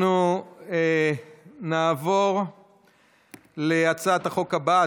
אנחנו נעבור להצעת החוק הבאה,